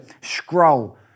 scroll